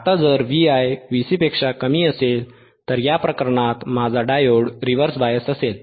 आता जर Vi Vc पेक्षा कमी असेल Vi Vc तर या प्रकरणात माझा डायोड रिव्हर्स बायस असेल